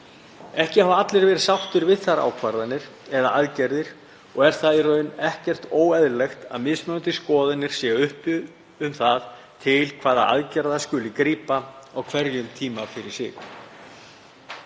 Ekki hafa allir verið sáttir við þær ákvarðanir eða aðgerðir og er það í raun ekkert óeðlilegt að mismunandi skoðanir séu uppi um það til hvaða aðgerða skuli grípa á hverjum tíma fyrir sig.